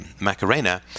Macarena